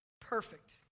Perfect